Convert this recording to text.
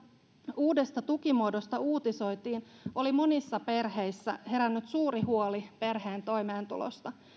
uudesta tukimuodosta uutisoitiin oli monissa perheissä herännyt suuri huoli perheen toimeentulosta